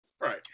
Right